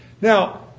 Now